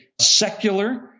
secular